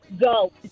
go